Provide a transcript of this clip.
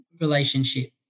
relationship